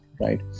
right